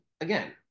again